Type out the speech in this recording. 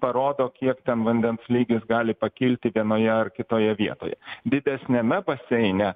parodo kiek ten vandens lygis gali pakilti vienoje ar kitoje vietoje didesniame baseine